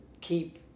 keep